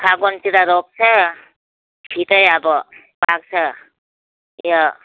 फागुनतिर रोप्छ छिटै अब पाक्छ यो